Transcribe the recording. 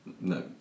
no